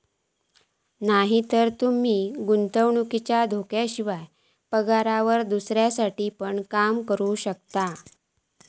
नायतर तूमी गुंतवणुकीच्या धोक्याशिवाय, पगारावर दुसऱ्यांसाठी पण काम करू शकतास